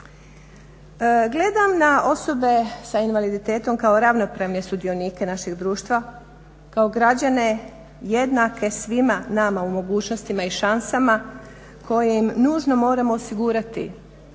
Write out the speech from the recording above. Gledam na osobe s invaliditetom kao ravnopravne sudionike našeg društva, kao građane jednake svima nama u mogućnostima i šansama koje im nužno moramo osigurati,